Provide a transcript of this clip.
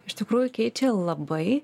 iš tikrųjų keičia labai